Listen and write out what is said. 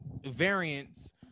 variants